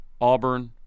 Auburn